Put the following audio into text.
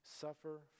suffer